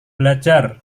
belajar